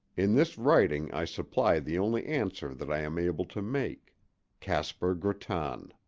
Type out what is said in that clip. in this writing i supply the only answer that i am able to make caspar grattan.